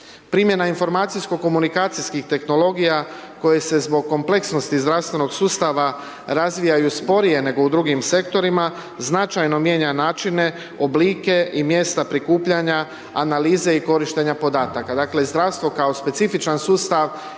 Primjena informacijsko komunikacijskih tehnologija koje se zbog kompleksnosti zdravstvenog sustava razvijaju sporije nego u drugim sektorima značajno mijenja načine, oblike i mjesta prikupljanja analize i korištenja podataka. Dakle zdravstvo kao specifičan sustav